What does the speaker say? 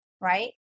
right